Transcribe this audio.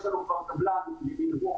יש לנו כבר קבלן סיני,